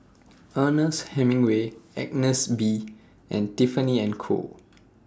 Ernest Hemingway Agnes B and Tiffany and Co